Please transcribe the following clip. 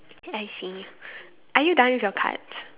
I see are you done with your cards